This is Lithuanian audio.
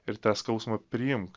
ir tą skausmą priimk